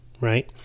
right